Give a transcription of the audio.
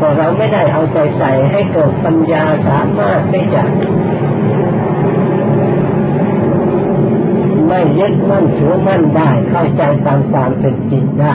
พวกเราไม่ได้เอาใจใส่ให้เกิดปัญญา สามารถที่จะไม่ยึดมั่นถือมั่นได้ เข้าใจตามความเป็นจริงได้